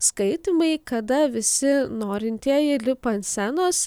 skaitymai kada visi norintieji lipa ant scenos